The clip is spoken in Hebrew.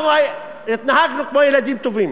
אנחנו התנהגנו כמו ילדים טובים.